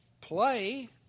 play